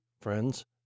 friends